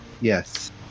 Yes